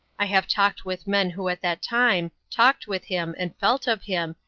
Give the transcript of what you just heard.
i have talked with men who at that time talked with him, and felt of him,